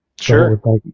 Sure